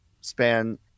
span